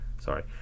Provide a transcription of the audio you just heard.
sorry